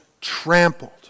trampled